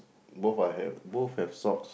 both I have both have socks